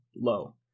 low